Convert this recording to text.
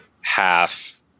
half